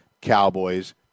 Cowboys